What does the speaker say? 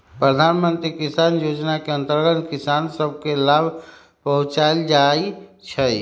प्रधानमंत्री किसान जोजना के अंतर्गत किसान सभ के लाभ पहुंचाएल जाइ छइ